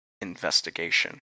investigation